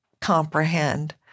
comprehend